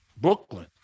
Brooklyn